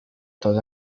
todo